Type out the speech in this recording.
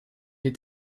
est